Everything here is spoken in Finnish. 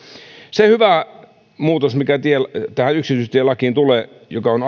se aivan erinomaisen hyvä muutos mikä tähän yksityistielakiin tulee on